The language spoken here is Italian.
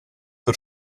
per